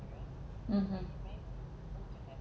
(uh huh)